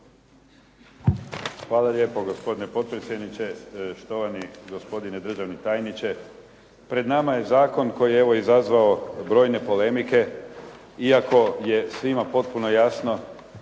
Hvala lijepo. Gospodine potpredsjedniče, štovani gospodine državni tajniče. Pred nama je zakon koji je evo izazvao brojne polemike iako je svima potpuno jasno